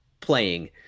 playing